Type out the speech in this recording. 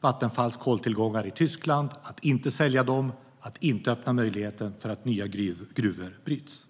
Vattenfalls koltillgångar i Tyskland, att inte sälja dem och att inte öppna möjligheten för att nya gruvor bryts.